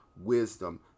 wisdom